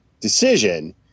decision